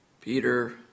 Peter